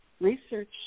research